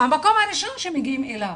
המקום הראשון שמגיעים אליו.